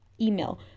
email